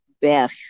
Beth